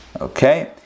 Okay